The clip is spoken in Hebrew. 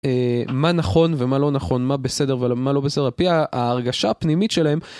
מה נכון ומה לא נכון מה בסדר ולמה לא בסדר הפי ההרגשה הפנימית שלהם.